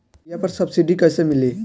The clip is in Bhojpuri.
बीया पर सब्सिडी कैसे मिली?